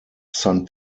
san